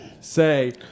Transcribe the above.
say